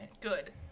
Good